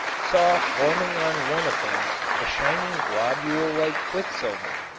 saw forming on one of them a shining globule like quicksilver.